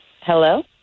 Hello